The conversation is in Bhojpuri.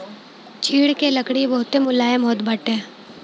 चीड़ के लकड़ी बहुते मुलायम होत बाटे